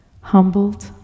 humbled